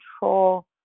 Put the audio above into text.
control